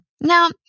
Now